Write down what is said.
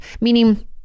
Meaning